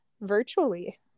virtually